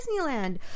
Disneyland